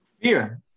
Fear